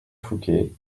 fouquet